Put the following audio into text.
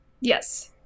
Yes